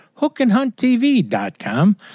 Hookandhunttv.com